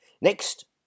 Next